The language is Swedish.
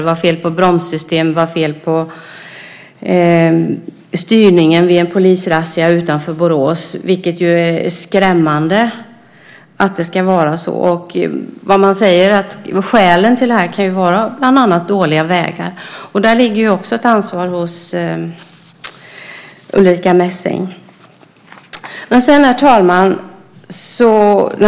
Det var fel på bromssystem och det var fel på styrningen vid en polisrazzia utanför Borås. Det är skrämmande att det ska vara så. Skälen till detta kan ju bland annat vara dåliga vägar. Där ligger ju också ett ansvar hos Ulrica Messing. Herr talman!